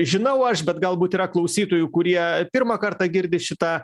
žinau aš bet galbūt yra klausytojų kurie pirmą kartą girdi šitą